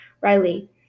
Riley